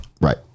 Right